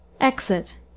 EXIT